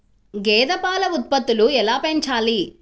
గేదె పాల ఉత్పత్తులు ఎలా పెంచాలి?